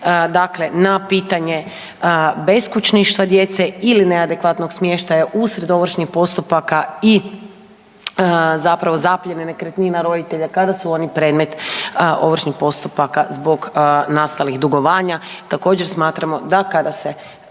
pažnju na pitanje beskućništva ili neadekvatnog smještaja usred ovršnih postupaka i zaplijene nekretnina roditelja kada su oni predmet ovršnih postupaka zbog nastalih dugovanja. Također smatramo da kada se